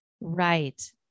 right